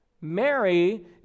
Mary